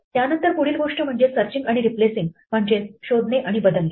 त्यानंतर पुढील गोष्ट म्हणजे सर्चींग आणि रिप्लेसिंग म्हणजेच शोधणे आणि बदलणे